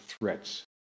threats